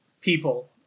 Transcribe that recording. people